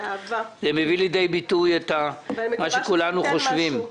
זה מביא לידי ביטוי את מה שכולנו חושבים.